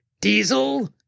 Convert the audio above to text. Diesel